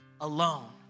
alone